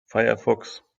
firefox